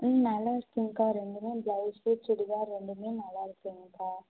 ம் நல்லா இருக்குங்கக்கா ரெண்டுமே ப்ளவுஸ்ஸு சுடிதார் ரெண்டுமே நல்லா இருக்குங்கக்கா